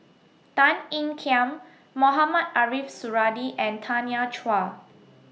Tan Ean Kiam Mohamed Ariff Suradi and Tanya Chua